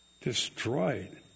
Destroyed